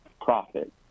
profit